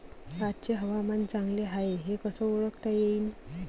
आजचे हवामान चांगले हाये हे कसे ओळखता येईन?